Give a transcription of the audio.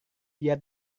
dia